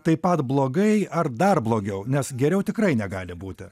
taip pat blogai ar dar blogiau nes geriau tikrai negali būti